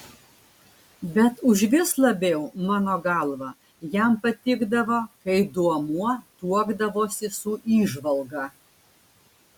bet užvis labiau mano galva jam patikdavo kai duomuo tuokdavosi su įžvalga